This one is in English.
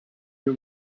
you